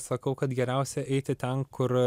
sakau kad geriausia eiti ten kur